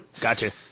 Gotcha